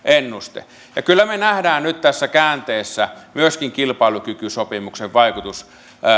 ennuste kyllä me näemme nyt tässä käänteessä myöskin kilpailukykysopimuksen vaikutuksen